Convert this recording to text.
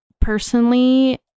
personally